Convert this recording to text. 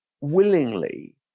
willingly